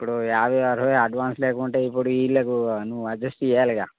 ఇప్పుడు యాభై అరవై అడ్వాన్స్ లేకుంటే ఇప్పుడు వీళ్ళకు నువ్వు అడ్జస్ట్ చేయాలిగా